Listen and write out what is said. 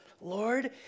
Lord